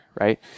right